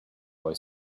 boy